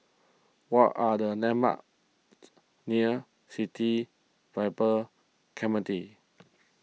what are the landmarks near City Vibe Clementi